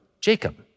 Jacob